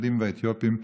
החרדים והאתיופים,